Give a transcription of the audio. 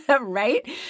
right